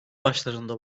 başlarında